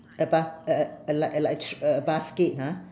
a bas~ like a a like a like a thre~ a basket ha